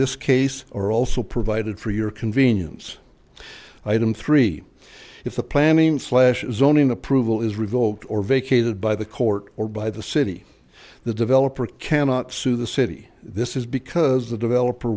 this case are also provided for your convenience item three if the planning slash zoning approval is revoked or vacated by the court or by the city the developer cannot sue the city this is because the developer